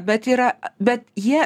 bet yra bet jie